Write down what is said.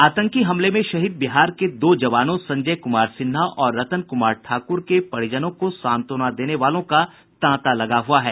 आतंकी हमले में शहीद बिहार के दो जवानों संजय कुमार सिन्हा और रतन कुमार ठाकुर के परिजनों को सांत्वना देने वालों का तांता लगा हुआ है